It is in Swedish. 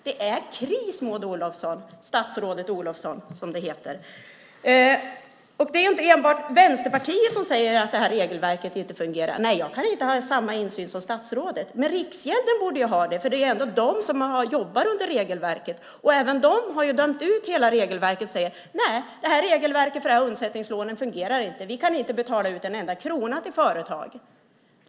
Det är kris, Maud Olofsson eller statsrådet Olofsson som det heter. Det är inte enbart Vänsterpartiet som säger att det här regelverket inte fungerar. Jag kan inte ha samma insyn som statsrådet, men Riksgälden borde ha det. Det är ändå de som jobbar under regelverket. Även de har dömt ut hela regelverket och säger att regelverket för undsättningslånen inte fungerar och att de inte kan betala en enda krona till företag.